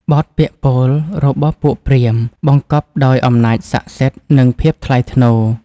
បទពាក្យពោលរបស់ពួកព្រាហ្មណ៍ បង្កប់ដោយអំណាចស័ក្តិសិទ្ធិ និងភាពថ្លៃថ្នូរ។